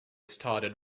started